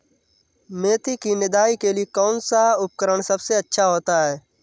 मेथी की निदाई के लिए कौन सा उपकरण सबसे अच्छा होता है?